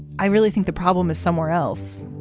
i really think the problem is somewhere else